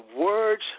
words